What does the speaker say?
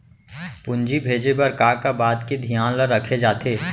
पूंजी भेजे बर का का बात के धियान ल रखे जाथे?